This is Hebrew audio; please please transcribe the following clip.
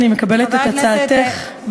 אני מקבלת את הצעתך.